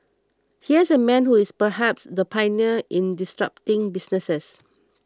here's a man who is perhaps the pioneer in disrupting businesses